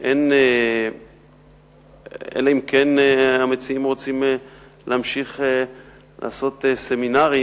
אלא אם כן המציעים רוצים להמשיך לעשות סמינרים